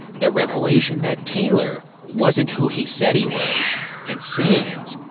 the revelation that taylor wasn't who he said he was and sands,